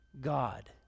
God